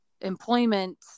employment